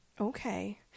Okay